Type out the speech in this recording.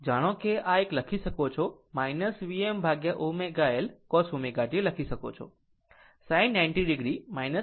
જાણો કે આ આ એક લખી શકે છે Vmω L cos ω t લખી શકે છે sin 90 o ω t અને આ છે